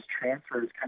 transfers